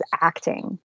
acting